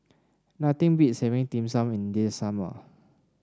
nothing beats having Dim Sum in this summer